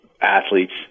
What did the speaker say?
athletes